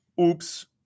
Oops